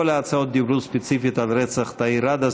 כל ההצעות דיברו ספציפית על רצח תאיר ראדה,